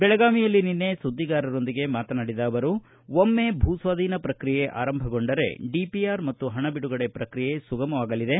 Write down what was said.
ಬೆಳಗಾವಿಯಲ್ಲಿ ನಿನ್ನೆ ಸುದ್ದಿಗಾರರೊಂದಿಗೆ ಮಾತನಾಡಿದ ಅವರು ಒಮ್ಮೆ ಭೂಸ್ವಾಧೀನ ಪ್ರಕ್ರಿಯೆ ಆರಂಭಗೊಂಡರೆ ಡಿಪಿಆರ್ ಮತ್ತು ಪಣಬಿಡುಗಡೆ ಪ್ರಕ್ರಿಯೆ ಸುಗಮವಾಗಲಿದೆ